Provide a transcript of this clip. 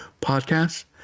podcasts